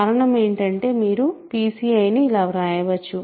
కారణం ఏంటంటే మీరు pCiని ఇలా వ్రాయవచ్చు